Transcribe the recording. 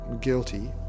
guilty